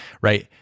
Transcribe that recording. right